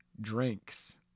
drinks